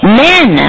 men